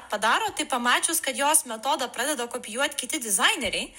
padaro tai pamačius kad jos metodą pradeda kopijuot kiti dizaineriai